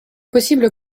possible